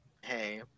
hey